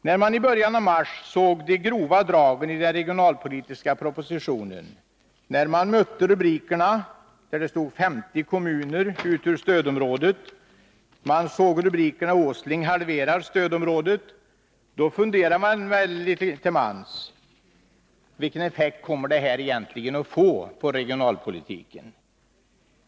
När man i början av mars såg de grova dragen i den regionalpolitiska propositionen, när man mötte rubriker där det stod ”50 kommuner ut ur stödområdet” och ”Åsling halverar stödområdet”, då funderade man litet till mans på vilka effekter det här egentligen skulle få på regionalpolitiken.